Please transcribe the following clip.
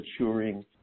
maturing